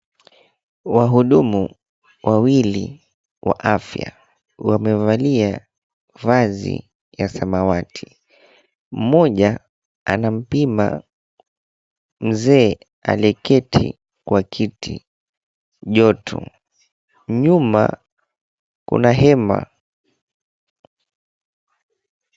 Wahudumu wawili wa afya wamevalia vazi la samawati. Mmoja anampima mzee aliyeketi kwa kiti joto nyuma kuna hema.